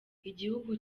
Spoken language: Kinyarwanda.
igihugu